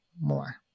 more